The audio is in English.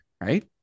right